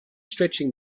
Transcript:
stretching